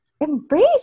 embrace